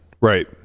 Right